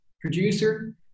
producer